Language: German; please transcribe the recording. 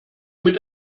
mit